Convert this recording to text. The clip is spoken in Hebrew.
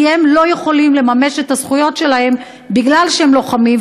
כי הם לא יכולים לממש את הזכויות שלהם מפני שהם לוחמים,